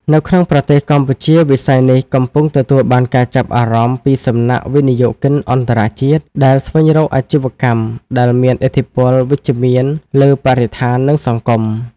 នៅក្នុងប្រទេសកម្ពុជា វិស័យនេះកំពុងទទួលបានការចាប់អារម្មណ៍ពីសំណាក់វិនិយោគិនអន្តរជាតិ ដែលស្វែងរកអាជីវកម្មដែលមានឥទ្ធិពលវិជ្ជមានលើបរិស្ថាន និងសង្គម។